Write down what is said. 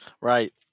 right